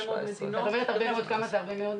מדינות.